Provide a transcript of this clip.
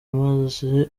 amaze